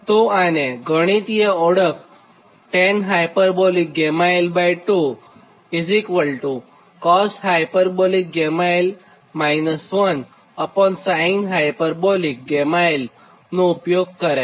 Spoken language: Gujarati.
તોઆને માટે ગણીતીય ઓળખ tanhl2cosh l 1 sinh l નો ઊપયોગ કરાય